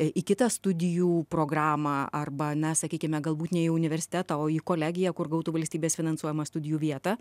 į kitą studijų programą arba na sakykime galbūt ne į universitetą o į kolegiją kur gautų valstybės finansuojamą studijų vietą